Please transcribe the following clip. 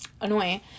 annoying